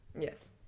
Yes